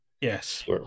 Yes